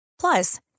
Plus